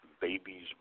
babies